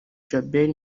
djabel